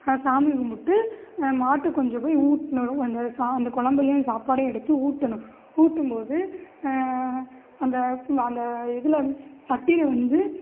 அதை சாமி கும்பிட்டு மாட்டுக்கு கொஞ்சம் போய் ஊட்டணும் அந்த சா அந்த குழம்பையும் சாப்பாட்டையும் எடுத்து ஊட்டணும் ஊட்டும்போது அந்த அந்த இதில் வந்து சட்டியில் வந்து